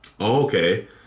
okay